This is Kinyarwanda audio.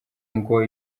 ngo